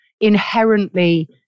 inherently